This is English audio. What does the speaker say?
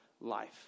life